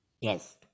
Yes